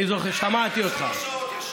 שמעתי אותך.